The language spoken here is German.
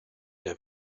der